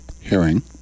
hearing